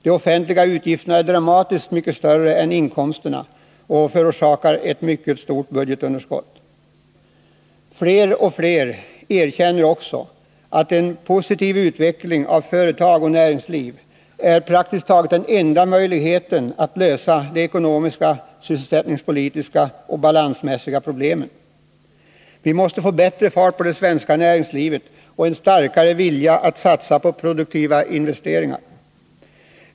De offentliga utgifterna är dramatiskt mycket större än inkomsterna och förorsakar ett mycket stort budgetunderskott. Fler och fler erkänner också att en positiv utveckling av företag och näringsliv är den praktiskt taget enda möjligheten att lösa de ekonomiska, sysselsättningspolitiska och balansmässiga problemen. Vi måste få bättre fart på det svenska näringslivet och få till stånd en starkare vilja att satsa på produktiva investeringar.